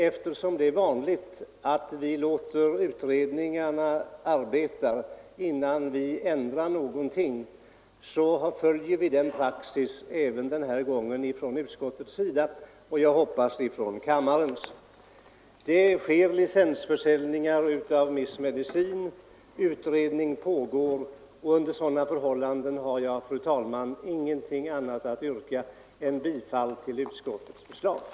Eftersom det är vanligt att vi låter utredningar slutföra sitt arbete innan vi ändrar någonting har vi även den här gången följt denna praxis i utskottet — och jag hoppas så blir fallet även i kammaren. Licensförsäljning av vissa mediciner förekommer, och en utredning pågår. Under sådana förhållanden har jag, fru talman, ingenting annat att yrka än bifall till utskottets hemställan.